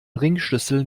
ringschlüssel